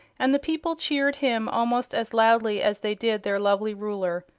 and the people cheered him almost as loudly as they did their lovely ruler.